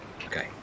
okay